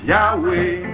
Yahweh